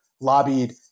lobbied